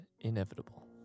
inevitable